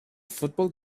football